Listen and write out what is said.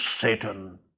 Satan